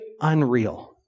unreal